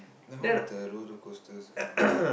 then how about the roller coasters kind of thing